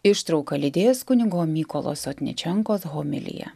ištrauka lydės kunigo mykolo sotničionko homiliją